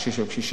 קשיש או קשישה,